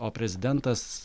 o prezidentas